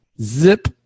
Zip